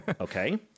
Okay